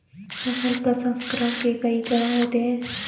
फसल प्रसंसकरण के कई चरण होते हैं